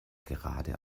gerade